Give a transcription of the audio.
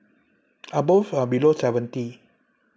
uh both are below seventy